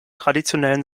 traditionellen